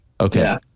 Okay